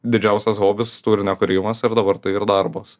didžiausias hobis turinio kūrimas ir dabar tai yr darbas